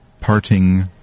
parting